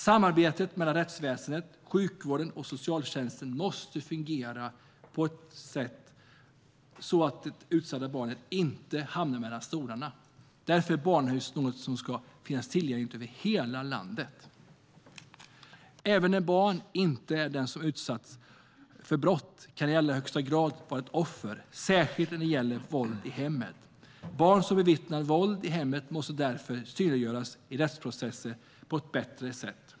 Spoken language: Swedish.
Samarbetet mellan rättsväsendet, sjukvården och socialtjänsten måste fungera på så sätt att det utsatta barnet inte hamnar mellan stolarna. Därför är barnhus något som ska finnas tillgängligt över hela landet. Även om ett barn inte är den person som utsatts för brott kan det i allra högsta grad vara ett offer, särskilt när det gäller våld i hemmet. Barn som bevittnar våld i hemmet måste därför synliggöras i rättsprocesser på ett bättre sätt.